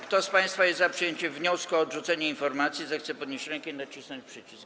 Kto z państwa jest za przyjęciem wniosku o odrzucenie informacji, zechce podnieść rękę i nacisnąć przycisk.